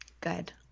Good